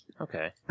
Okay